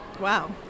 wow